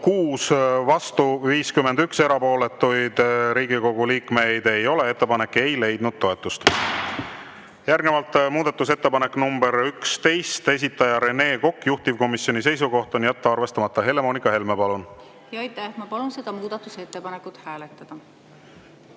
6, vastu 51, erapooletuid Riigikogu liikmeid ei ole. Ettepanek ei leidnud toetust. Järgnevalt muudatusettepanek nr 11, esitaja Rene Kokk, juhtivkomisjoni seisukoht on jätta arvestamata. Helle-Moonika Helme, palun! Aitäh! Ma palun seda muudatusettepanekut hääletada.